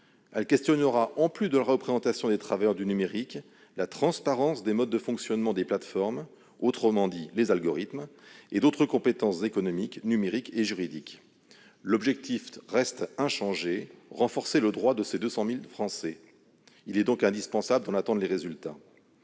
la question non seulement de la représentation des travailleurs du numérique, mais aussi de la transparence des modes de fonctionnement des plateformes, autrement dit les algorithmes, et d'autres compétences économiques, numériques et juridiques. L'objectif reste inchangé : renforcer le droit de ces 200 000 Français. Il est donc indispensable d'en attendre les résultats.